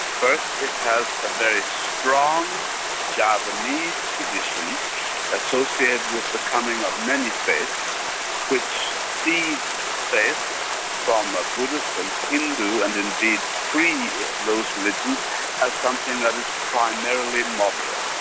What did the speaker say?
first it has a very strong javanese tradition associated with the coming of many faiths which sees faith from a buddhist and hindu and indeed pre those religions as something that is primarily moderate.